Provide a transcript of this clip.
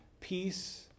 peace